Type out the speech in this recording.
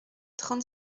trente